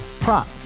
Prop